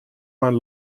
man